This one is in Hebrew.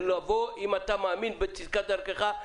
אם אתה מאמין בצדקת דרכך,